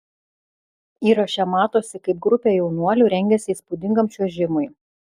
įraše matosi kaip grupė jaunuolių rengiasi įspūdingam čiuožimui